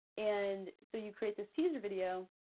and so you create this teaser video,